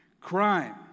Crime